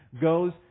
goes